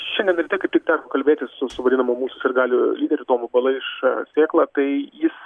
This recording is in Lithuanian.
šiandien ryte kaip tik dar kalbėtis su su vadinamu mūsų sirgalių lyderiu tomu balaiša sėkla tai jis